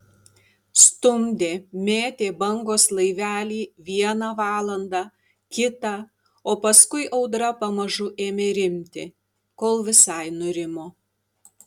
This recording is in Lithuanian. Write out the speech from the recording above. stumdė mėtė bangos laivelį vieną valandą kitą o paskui audra pamažu ėmė rimti kol visai nurimo